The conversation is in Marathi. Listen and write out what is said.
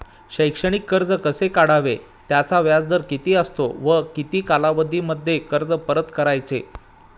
शैक्षणिक कर्ज कसे काढावे? त्याचा व्याजदर किती असतो व किती कालावधीमध्ये कर्ज परत करायचे?